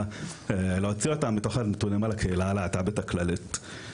להוציא אותם מתוך הנתונים על הקהילה הלהט"בית הכללית.